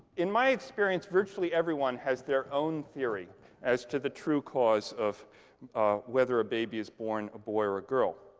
in my experience, virtually everyone has their own theory as to the true cause of whether a baby is born a boy or a girl.